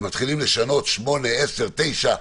ומתחילים לשנות 8, 10, 9,